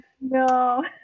no